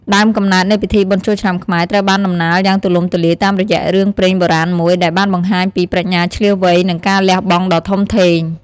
ដើមកំណើតនៃពិធីបុណ្យចូលឆ្នាំខ្មែរ ត្រូវបានតំណាលយ៉ាងទូលំទូលាយតាមរយៈរឿងព្រេងបុរាណមួយ ដែលបានបង្ហាញពីប្រាជ្ញាឈ្លាសវៃ និងការលះបង់ដ៏ធំធេង។